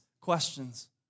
questions